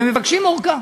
ומבקשים ארכה.